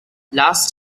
last